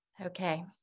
Okay